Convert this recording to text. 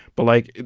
but like,